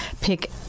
Pick